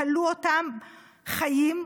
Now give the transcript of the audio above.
תלו אותם חיים,